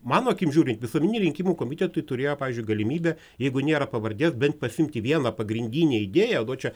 mano akim žiūrint visuomeniniai rinkimų komitetai turėjo pavyzdžiui galimybę jeigu nėra pavardės bent pasiimti vieną pagrindinę idėją nu čia